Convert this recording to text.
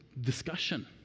discussion